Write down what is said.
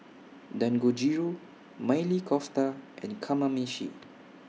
Dangojiru Maili Kofta and Kamameshi